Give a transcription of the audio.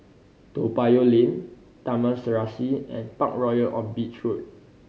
Toa Payoh Lane Taman Serasi and Parkroyal on Beach Road